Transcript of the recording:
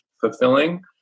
fulfilling